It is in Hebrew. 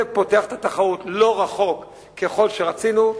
זה פותח את התחרות לא רחוק ככל שרצינו,